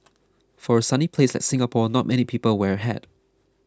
for a sunny place like Singapore not many people wear a hat